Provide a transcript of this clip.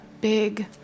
big